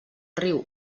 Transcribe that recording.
riu